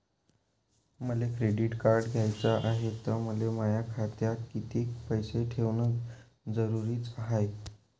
मले credit card घ्याचं हाय, त मले माया खात्यात कितीक पैसे ठेवणं जरुरीच हाय?